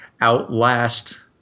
outlast